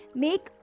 make